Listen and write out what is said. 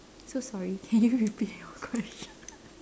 so sorry can you repeat your question